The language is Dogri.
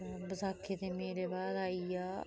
बसाखी दे मेले बाद आई गेआ